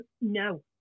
No